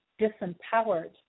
disempowered